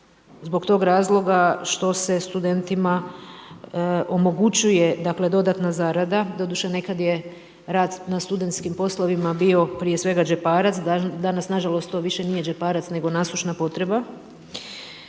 zbog tog razloga što se studentima omogućuje dodatna zarada, doduše nekad je rad na studentskim poslovima bio prije svega džeparac, danas nažalost to više nije džeparac nego nasušna potreba